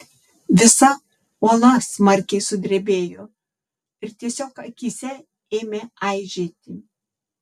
visa uola smarkiai sudrebėjo ir tiesiog akyse ėmė aižėti